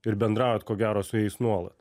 ir bendraujat ko gero su jais nuolat